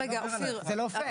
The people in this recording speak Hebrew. זה פשוט לא הוגן.